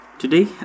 Today